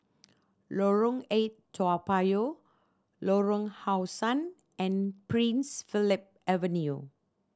Lorong Eight Toa Payoh Lorong How Sun and Prince Philip Avenue